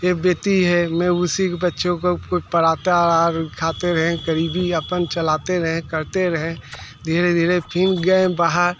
एक बेटी है मैं उसी के बच्चों को कोई पढ़ाता और खाते रहें ग़रीबी अपन चलाते रहें करते रहें धीरे धीरे फिर गए बाहर